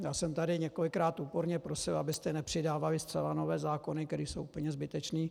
Já jsem tady několikrát úporně prosil, abyste nepřidávali zcela nové zákony, které jsou úplně zbytečné.